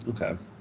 okay